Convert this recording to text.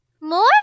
More